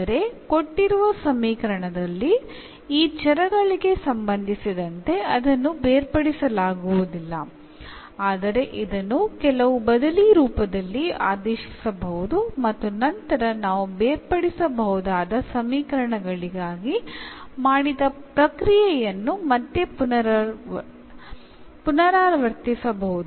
ಅಂದರೆ ಕೊಟ್ಟಿರುವ ಸಮೀಕರಣದಲ್ಲಿ ಈ ಚರಗಳಿಗೆ ಸಂಬಂಧಿಸಿದಂತೆ ಅದನ್ನು ಬೇರ್ಪಡಿಸಲಾಗುವುದಿಲ್ಲ ಆದರೆ ಇದನ್ನು ಕೆಲವು ಬದಲಿ ರೂಪದಿಂದ ಆದೇಶಿಸಿಬಹುದು ಮತ್ತು ನಂತರ ನಾವು ಬೇರ್ಪಡಿಸಬಹುದಾದ ಸಮೀಕರಣಗಳಿಗಾಗಿ ಮಾಡಿದ ಪ್ರಕ್ರಿಯೆಯನ್ನು ಮತ್ತೆ ಪುನರಾವರ್ತಿಸಬಹುದು